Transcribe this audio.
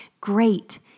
Great